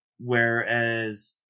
Whereas